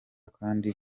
kandi